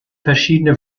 verschiedene